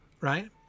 right